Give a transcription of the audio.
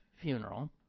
funeral